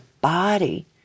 body